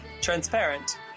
transparent